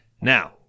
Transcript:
Now